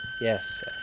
yes